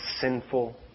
sinful